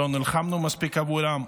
לא נלחמנו מספיק עבורם,